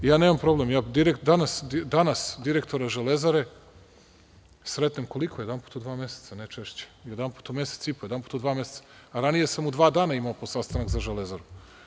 Ja nemam problem, danas direktora „Železare“ sretnem jedanput u mesec i po, jedanput u dva meseca, a ranije sam u dva dana imao po sastanak za „Železaru“